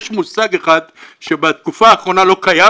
יש מושג אחד שבתקופה האחרונה לא קיים